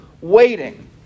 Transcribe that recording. waiting